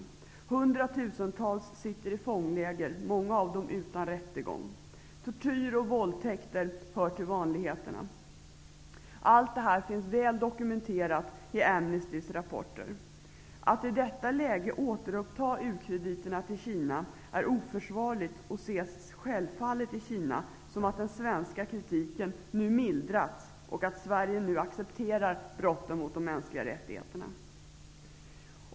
Hundratusentals människor sitter i fångläger, många av dem utan rättegång. Tortyr och våldtäkter hör till vanligheterna. Allt det här finns väl dokumenterat i Amnestys rapporter. Att i detta läge återuppta u-krediterna till Kina är oförsvarligt och ses självfallet i Kina som att den svenska kritiken nu mildrats och att Sverige nu accepterar brotten mot de mänskliga rättigheterna.